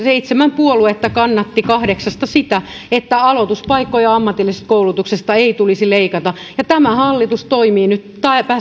seitsemän puoluetta kahdeksasta kannatti sitä että aloituspaikkoja ammatillisesta koulutuksesta ei tulisi leikata ja tämä hallitus toimii nyt